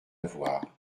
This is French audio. voir